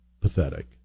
pathetic